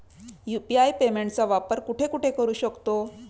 UPI पेमेंटचा वापर कुठे कुठे करू शकतो?